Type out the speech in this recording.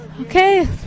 okay